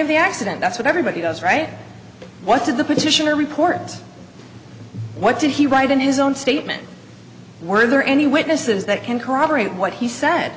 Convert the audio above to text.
of the accident that's what everybody does right what did the petitioner report what did he write in his own statement were there any witnesses that can corroborate what he said